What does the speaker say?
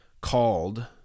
called